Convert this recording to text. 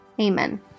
Amen